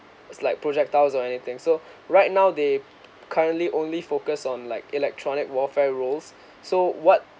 was like projectiles or anything so right now they currently only focus on like electronic warfare roles so what